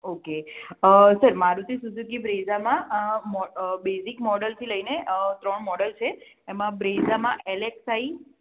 okay sir Maruti Suzuki બ્રેઝામાં મો basic મોડલથી લઈને ત્રણ મોડલ છે એમાં બ્રેઝામાં એટલેકસાઈ